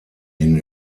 hin